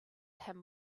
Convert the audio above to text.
him